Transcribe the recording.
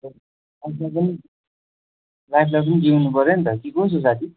लाइफलाई पनि लाइफलाई पनि जिउनु पऱ्यो नि त कि कसो साथी